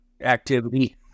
activity